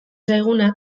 zaiguna